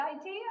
idea